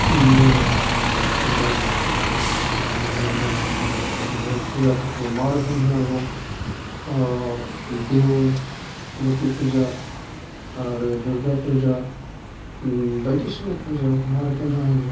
मेलेमजों गावनो नायनानै बिदिनो बुंहरदों जे फुजा फाथाल मा रोखोम होनांगौ देवल लोखि फुजा आरो दुर्गा फुजा बायदिसिना फुजायाव मा रोखोम होनांगौ